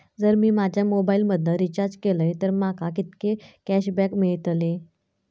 जर मी माझ्या मोबाईल मधन रिचार्ज केलय तर माका कितके कॅशबॅक मेळतले?